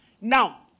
Now